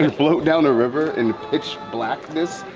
and float down a river in pitch blackness,